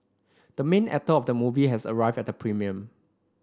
the main actor of the movie has arrived at the premiere